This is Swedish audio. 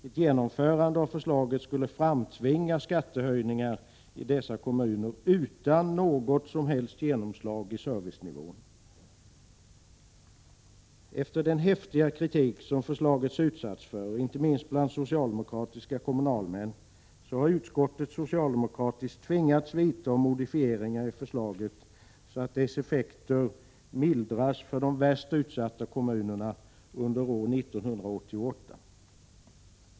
Ett genomförande av förslaget skulle i dessa kommuner framtvinga skattehöjningar utan något som helst genomslag när det gäller servicenivån. Efter den häftiga kritik som förslaget utsatts för, inte minst bland socialdemokratiska kommunalmän, har utskottets socialdemokrater tvingats modifiera förslaget så att dess effekter för de värst utsatta kommunerna mildras under år 1988.